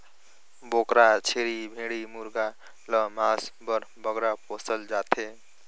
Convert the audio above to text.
बोकरा, छेरी, भेंड़ी मुरगा ल मांस बर बगरा पोसल जाथे